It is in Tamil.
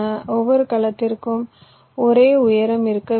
ஒவ்வொரு கலத்திற்கும் ஒரே உயரம் இருக்க வேண்டும்